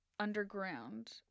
underground